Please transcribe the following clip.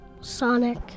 Sonic